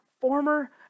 former